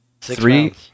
three